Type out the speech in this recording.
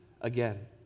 again